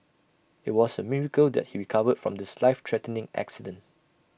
IT was A miracle that he recovered from this life threatening accident